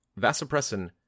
vasopressin